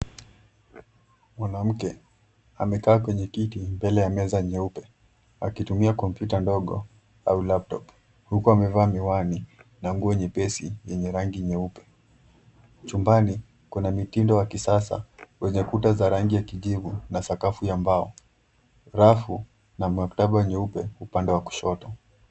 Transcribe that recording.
Mwanamke, amekaa kwenye kiti mbele ya meza nyeupe akitumia kompyuta ndogo au laptop huku amevaa miwani na nguo nyepesi yenye rangi nyeupe. Chumbani, kuna mitindo wa kisasa wenye kuta za rangi ya kijivu na sakafu ya mbao. Rafu na maktaba nyeupe upande wa kushoto.